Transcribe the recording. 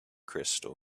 crystal